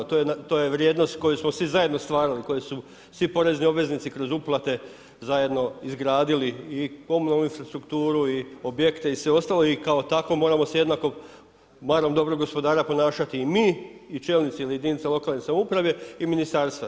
To je vrijednost koju smo svi zajedno stvarali, koju su svi porezni obveznici kroz uplate zajedno izgradili i komunalnu infrastrukturu i objekte i sve ostalo i kao tako moramo se jednako barem dobrog gospodara ponašati i mi i čelnici jedinica lokalne samouprave i Ministarstva.